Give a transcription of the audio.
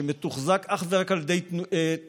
שמתוחזק אך ורק על ידי תרומות